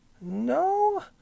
No